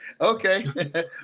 Okay